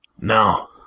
Now